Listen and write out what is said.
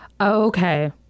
Okay